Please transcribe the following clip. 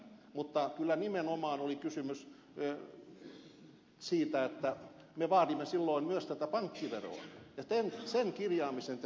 mutta kyllä nimenomaan oli kysymys siitä että me vaadimme silloin myös pankkiveroa ja sen kirjaamisen te saitte sinne